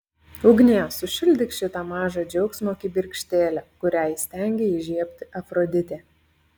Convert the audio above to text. ugnie sušildyk šitą mažą džiaugsmo kibirkštėlę kurią įstengė įžiebti afroditė